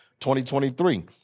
2023